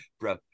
bro